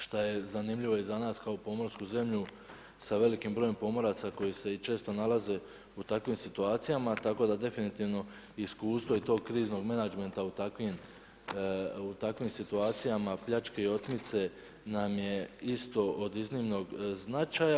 Što je zanimljivo i za nas, kao pomorsku zemlju, sa velikim brojem pomoraca koji se i često nalaze u takvim situacijama, tako da definitivno iskustvo to u kriznom menadžmentu u takvim situacijama, pljačke i opcije nam je isto od iznimnog značaja.